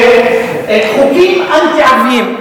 חוקים אנטי-ערביים.